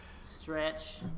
stretch